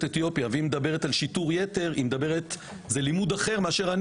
אתיופיה והיא מלמדת על שיטור יתר שזה לימוד אחר מאשר שאני